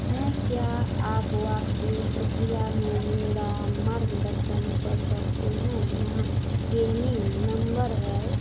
हैं क्या आप वापसी प्रक्रिया में मेरा मार्गदर्शन कर सकते हैं यहाँ सेलिंग नम्बर है